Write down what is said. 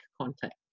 contact